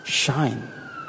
Shine